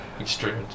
extreme